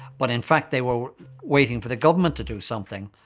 but in fact, they were waiting for the government to do something.